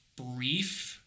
brief